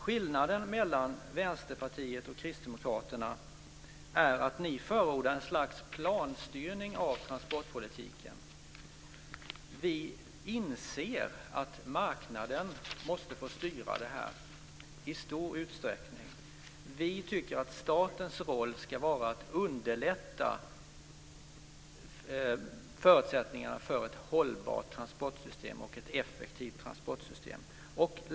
Skillnaden mellan Vänsterpartiet och Kristdemokraterna är den att ni förordar ett slags planstyrning av transportpolitiken. Vi inser att marknaden måste få styra det här i stor utsträckning. Vi tycker att statens roll ska vara att förbättra förutsättningarna för ett hållbart och effektivt transportsystem.